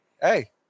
hey